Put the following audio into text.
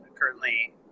currently